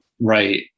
Right